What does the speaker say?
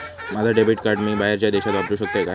माझा debit card मी बाहेरच्या देशात वापरू शकतय काय?